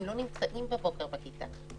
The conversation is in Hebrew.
הם לא נמצאים בבוקר בכיתה.